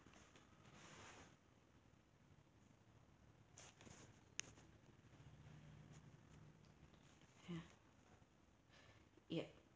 ya yup